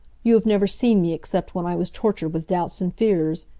you have never seen me except when i was tortured with doubts and fears.